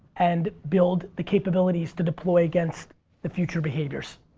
and build the capabilities to deploy against the future behaviors.